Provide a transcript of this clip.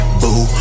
boo